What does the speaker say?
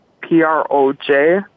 P-R-O-J